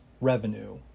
revenue